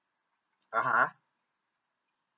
(uh huh)